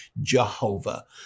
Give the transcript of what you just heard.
Jehovah